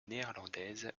néerlandaise